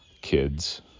kids